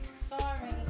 Sorry